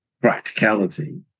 practicality